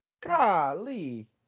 Golly